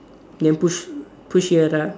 then push push here lah